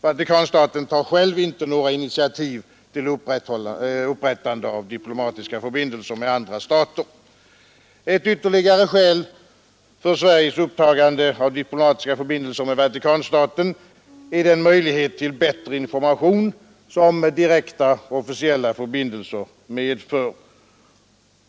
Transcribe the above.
Vatikanstaten tar själv inte något initiativ till upprättandet av diplomatiska förbindelser med andra stater. Ett ytterligare skäl för att Sverige upptar diplomatiska förbindelser med Vatikanstaten är den möjlighet till bättre information som direkta officiella förbindelser medför.